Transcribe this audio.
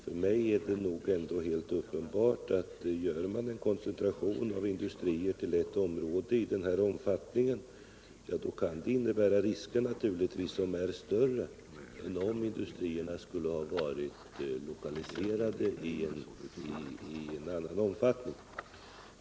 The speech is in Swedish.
För mig är det helt uppenbart att om man har en sådan koncentration av industrier till ett område som fallet är i Stenungsund blir riskerna större än om industrilokaliseringen sker på ett annat sätt.